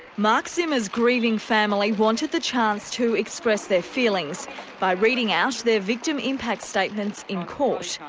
mark zimmer's grieving family wanted the chance to express their feelings by reading out their victim impact statements in court.